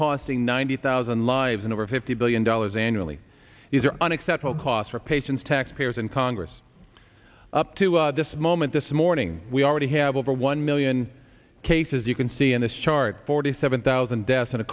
costing ninety thousand lives and over fifty billion dollars annually these are unacceptable costs for patients taxpayers and congress up to this moment this morning we already have over one million cases you can see in this chart forty seven thousand deaths